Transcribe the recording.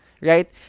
Right